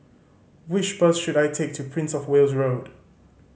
which bus should I take to Prince Of Wales Road